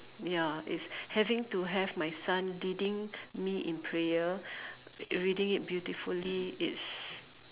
ya it's having to have my son leading me in prayer reading it beautifully it's